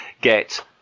get